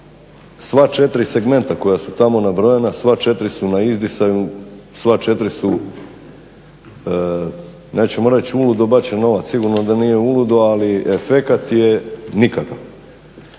Sva četiri segmenta koja su tamo nabrojana, sva četiri su na izdisaju, sva četiri su, nećemo reći uludo bačen novac, sigurno da nije uludo, ali efekat je nikakav.